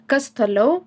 kas toliau